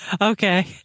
Okay